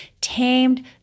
tamed